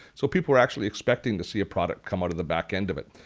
so people were actually expecting to see a product come out of the back end of it.